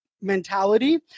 mentality